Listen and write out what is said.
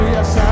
Yes